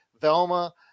Velma